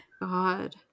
God